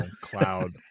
cloud